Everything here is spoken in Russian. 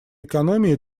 экономии